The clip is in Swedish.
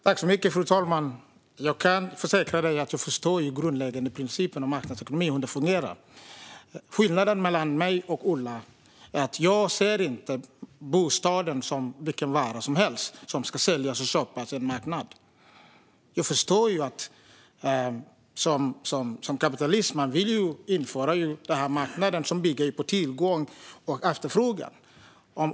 Fru talman! Jag kan försäkra dig, Ola Johansson, om att jag förstår den grundläggande principen för hur marknadsekonomi fungerar. Skillnaden mellan mig och Ola är att jag inte ser bostaden som vilken vara som helst, som ska säljas och köpas på en marknad. Jag förstår att man som kapitalist vill införa en marknad som bygger på tillgång och efterfrågan.